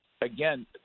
again